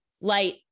light